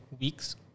weeks